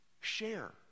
Share